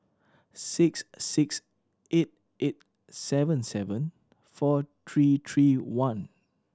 six six eight eight seven seven four three three one